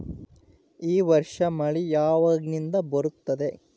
ಈ ವರ್ಷ ಮಳಿ ಯಾವಾಗಿನಿಂದ ಬರುತ್ತದೆ?